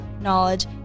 knowledge